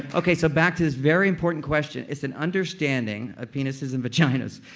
okay. so back to this very important question. it's an understanding, of penises and vaginas.